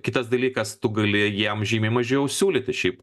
kitas dalykas tu gali jiem žymiai mažiau siūlyti šiaip